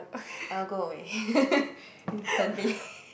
I'll go away instantly